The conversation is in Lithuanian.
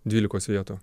dvylikos vietų